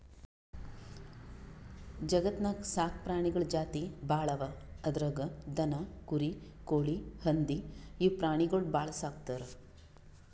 ಜಗತ್ತ್ನಾಗ್ ಸಾಕ್ ಪ್ರಾಣಿಗಳ್ ಜಾತಿ ಭಾಳ್ ಅವಾ ಅದ್ರಾಗ್ ದನ, ಕುರಿ, ಕೋಳಿ, ಹಂದಿ ಇವ್ ಪ್ರಾಣಿಗೊಳ್ ಭಾಳ್ ಸಾಕ್ತರ್